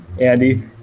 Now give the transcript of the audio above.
Andy